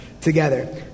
together